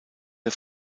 der